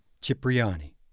Cipriani